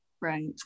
Right